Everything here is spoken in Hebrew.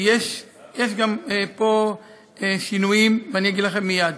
כי יש גם פה שינויים, ואני אגיד לכם מייד.